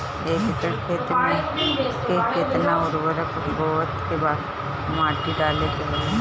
एक एकड़ खेत में के केतना उर्वरक बोअत के माटी डाले के होला?